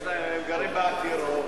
הם גרים ב"אקירוב".